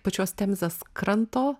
pačios temzės kranto